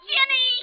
Ginny